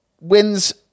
wins